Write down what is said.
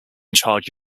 charge